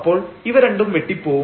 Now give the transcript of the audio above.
അപ്പോൾ ഇവ രണ്ടും വെട്ടി പോവും